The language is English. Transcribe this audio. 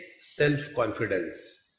self-confidence